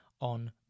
on